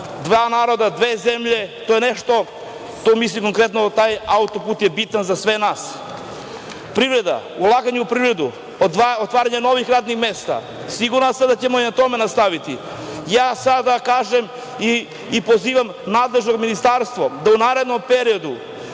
dva naroda, dve zemlje, to je nešto, to mislim konkretno na taj auto-put je bitan za sve nas. Privreda, ulaganje u privredu, otvaranje novih radnih mesta, siguran sam da će i na tome nastaviti. Ja sada kažem i pozivam nadležno ministarstvo da u narednom periodu,